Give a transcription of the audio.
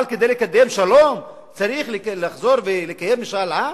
אבל כדי לקדם שלום צריך לחזור ולקיים משאל עם,